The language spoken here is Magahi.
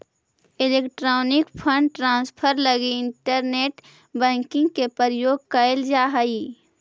इलेक्ट्रॉनिक फंड ट्रांसफर लगी इंटरनेट बैंकिंग के प्रयोग कैल जा हइ